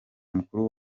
mukuru